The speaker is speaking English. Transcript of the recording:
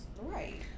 Right